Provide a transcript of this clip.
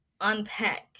unpack